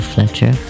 Fletcher